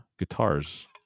guitars